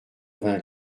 vingt